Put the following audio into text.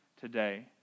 today